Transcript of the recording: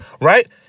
right